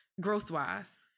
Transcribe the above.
growth-wise